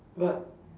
but